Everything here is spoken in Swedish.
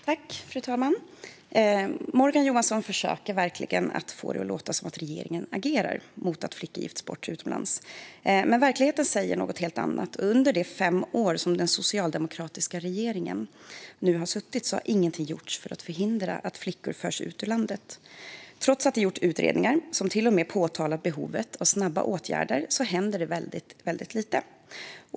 Fru talman! Morgan Johansson försöker verkligen få det att låta som att regeringen agerar mot att flickor gifts bort utomlands. Men verkligheten säger något helt annat. Under de fem år som den socialdemokratiska regeringen nu har suttit har ingenting gjorts för att förhindra att flickor förs ut ur landet. Trots att det gjorts utredningar som till och med påtalat behovet av snabba åtgärder händer väldigt lite.